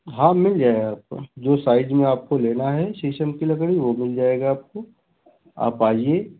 हाँ मिल जाएगा आपको जो साइज में आपको लेना है शीशम की लकड़ी वह मिल जाएगा आपको आप आइए